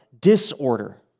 disorder